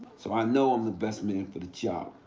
so i know i'm the best man for the job.